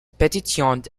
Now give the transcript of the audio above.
petitioned